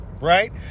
Right